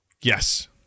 Yes